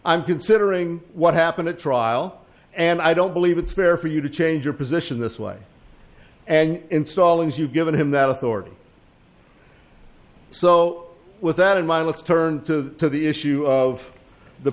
i'm considering what happened at trial and i don't believe it's fair for you to change your position this way and installers you've given him that authority so with that in mind let's turn to the issue of the